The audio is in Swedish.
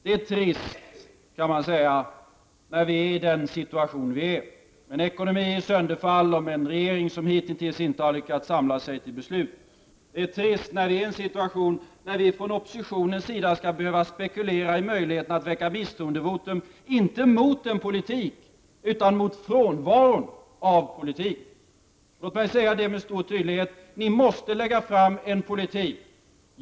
Det är trist, kan man säga, när Sverige befinner sig i den nuvarande situationen med en ekonomi i sönderfall och med en regering som hitintills inte har lyckats samla sig till beslut, Det är trist när Sverige befinner sig i denna situation där vi inom oppositionen skall behöva spekulera i möjligheten att väcka ett misstroendevotum, inte mot en politik utan mot frånvaron av en politik. Låt mig med stor tydlighet säga följande till er i den socialdemokratiska regeringen: Ni måste lägga fram en politik.